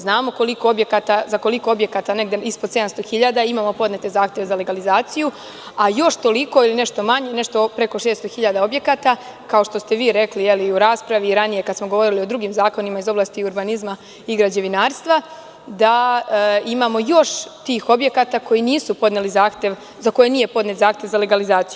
Znamo za koliko objekata, negde ispod 700.000, imamo podnete zahteve za legalizaciju, a još toliko ili nešto manje, nešto preko 600.000 objekata, kao što ste vi rekli u raspravi i ranije kada smo govorili o drugim zakonima iz oblasti urbanizma i građevinarstva, da imamo još tih objekata za koje nije podnet zahtev za legalizaciju.